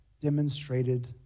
demonstrated